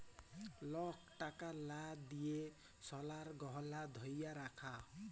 lock টাকার লা দিঁয়ে সলার গহলা ধ্যইরে রাখে